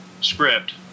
script